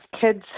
kids